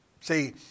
See